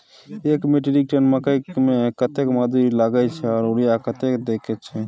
एक metric ton मकई में कतेक मजदूरी लगे छै आर यूरिया कतेक देके छै?